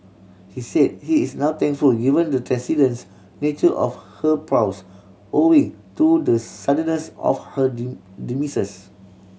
he said he is now thankful given the transcendent's nature of her prose owing to the suddenness of her demise